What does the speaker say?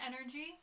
energy